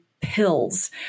pills